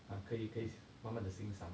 啊可以 case 慢慢的欣赏